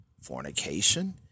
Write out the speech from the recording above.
fornication